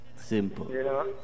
Simple